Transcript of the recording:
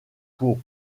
pour